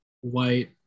white